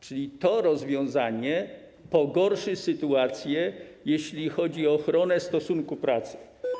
Czyli to rozwiązanie pogorszy sytuację, jeśli chodzi o ochronę stosunku pracy.